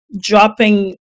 dropping